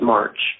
March